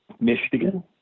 Michigan